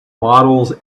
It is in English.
models